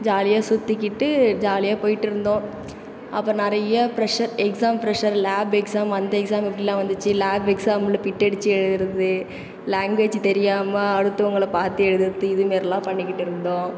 ஜாலியாக சுற்றிக்கிட்டு ஜாலியாக போயிவிட்டு இருந்தோம் அப்புறம் நிறையா pressure exam pressure lab exam அந்த எக்ஸாம் அப்படிலாம் வந்துச்சு லேப் எக்ஸாம்மில் பிட் அடிச்சு எழுதுறது லாங்குவேஜ் தெரியாமல் அடுத்தவங்களை பார்த்து எழுதுறது இதுமாரிலாம் பண்ணிக்கிட்டு இருந்தோம்